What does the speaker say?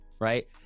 right